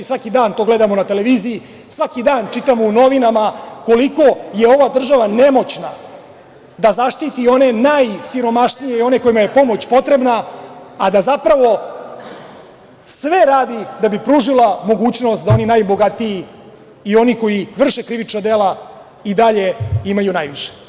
Svaki dan to gledamo na televiziji, svaki dan čitamo u novinama koliko je ova država nemoćna da zaštiti one najsiromašnije i one kojima je pomoć potrebna, a da zapravo sve radi da bi pružila mogućnost da oni najbogatiji i oni koji vrše krivična dela i dalje imaju najviše.